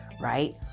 right